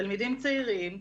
תלמידים צעירים,